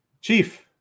chief